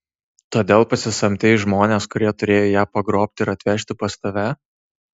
todėl pasisamdei žmones kurie turėjo ją pagrobti ir atvežti pas tave